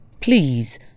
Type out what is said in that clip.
Please